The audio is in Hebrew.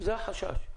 זה החשש.